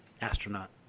Astronaut